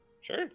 Sure